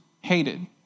hated